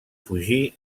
fugir